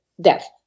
death